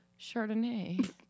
Chardonnay